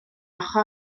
ochr